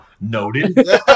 Noted